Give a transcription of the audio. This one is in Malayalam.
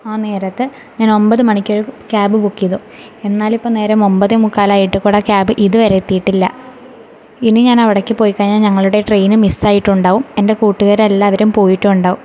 ആ നേരത്ത് ഞാനൊൻപത് മണിക്കൊരു ക്യാബ് ബുക്ക് ചെയ്തു എന്നാലിപ്പം നേരം ഒൻപതേമുക്കാലായിട്ടുക്കോടെ ക്യാബ് ഇതുവരെ എത്തീട്ടില്ല ഇനി ഞാനവടേയ്ക്ക് പോയി കഴിഞ്ഞാൽ ഞങ്ങളുടെ ട്രെയിന് മിസ്സായിട്ടുണ്ടാവും എന്റെ കൂട്ടുകാരെല്ലാവരും പോയിട്ടുണ്ടാവും